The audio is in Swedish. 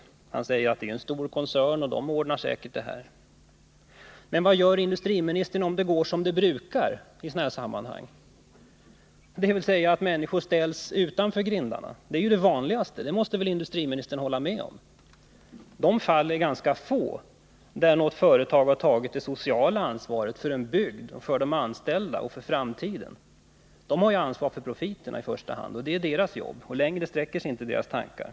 ASEA är en stor koncern, och den ordnar säkert detta, säger industriministern. Men vad gör industriministern om det går som det brukar i sådana här sammanhang, dvs. att människorna ställs utanför grindarna? Även industriministern måste ju hålla med om att det är det vanligaste resultatet. De fall är ganska få där ett företag har tagit det sociala ansvaret för en bygd, för de anställda och för framtiden. Företagen har i första hand ansvaret för profiten. Det är deras jobb att ansvara för denna, och längre sträcker sig inte deras tankar.